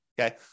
Okay